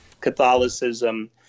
Catholicism